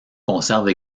conserve